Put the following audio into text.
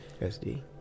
SD